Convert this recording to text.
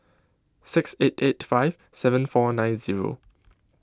six eight eight five seven four nine zero